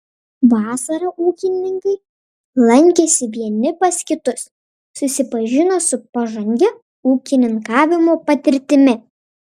vasarą ūkininkai lankėsi vieni pas kitus susipažino su pažangia ūkininkavimo patirtimi